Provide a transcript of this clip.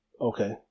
Okay